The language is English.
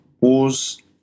Wars